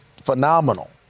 phenomenal